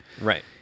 Right